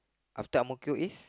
after Ang-Mo-Kio is